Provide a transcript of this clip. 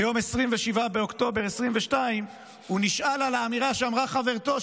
ביום 27 באוקטובר 2022 הוא נשאל על האמירה שאמרה חברתו,